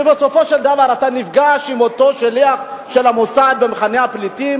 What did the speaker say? ובסופו של דבר אתה נפגש עם אותו שליח של המוסד במחנה הפליטים,